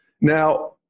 Now